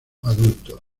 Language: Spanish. adulto